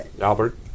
Albert